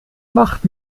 macht